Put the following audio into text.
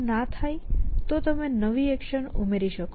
આવું ન થાય તો તમે નવી એક્શન ઉમેરી શકો